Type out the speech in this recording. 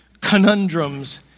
conundrums